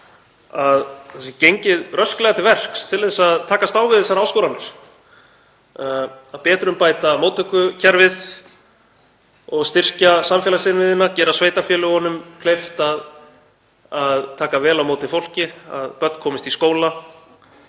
að gengið sé rösklega til verks til að takast á við þessar áskoranir, að betrumbæta móttökukerfið og styrkja samfélagsinnviðina, gera sveitarfélögunum kleift að taka vel á móti fólki, að börn komist í skóla.